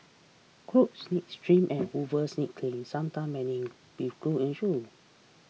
coats needs trim and hooves need cleaning sometime mending with glue and shoe